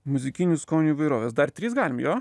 muzikinių skonių įvairovės dar tris galim jo